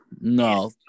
no